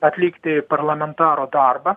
atlikti parlamentaro darbą